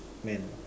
man